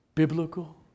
Biblical